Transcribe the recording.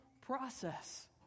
process